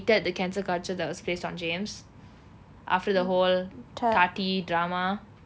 that the cancel culture that was placed on james after the whole tati drama